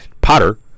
Potter